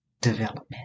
development